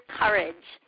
courage